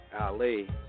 Ali